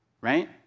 right